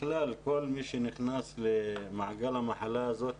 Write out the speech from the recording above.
בכלל כל מי שנכנס למעגל המחלה הזאת